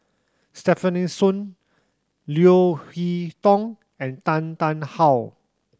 Stefanie Sun Leo Hee Tong and Tan Tarn How